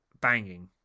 banging